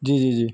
جی جی جی